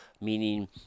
meaning